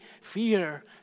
fear